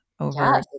Over